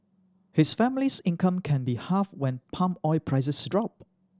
his family's income can be halved when palm oil prices drop